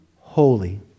holy